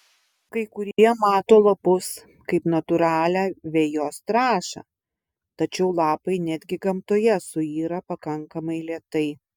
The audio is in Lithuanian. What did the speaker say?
kai kurie mato lapus kaip natūralią vejos trąšą tačiau lapai netgi gamtoje suyra pakankamai lėtai